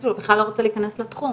הוא בכלל לא רוצה להיכנס לתחום.